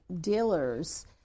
dealers